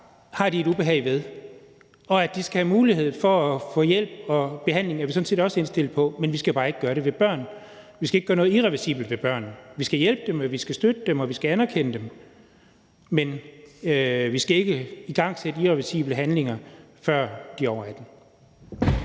har de et ubehag ved. Og at de skal have mulighed for at få hjælp og behandling, er vi sådan set også indstillet på, men vi skal bare ikke gøre det ved børn. Vi skal ikke gøre noget irreversibelt ved børn. Vi skal hjælpe dem, vi skal støtte dem, og vi skal anerkende dem, men vi skal ikke igangsætte irreversible behandlinger, før de er over